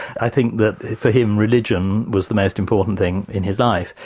i think that for him, religion was the most important thing in his life.